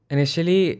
Initially